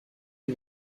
est